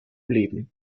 leben